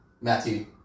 Matthew